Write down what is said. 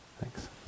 Thanks